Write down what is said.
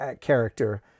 character